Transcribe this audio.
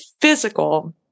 physical